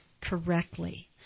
correctly